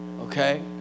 okay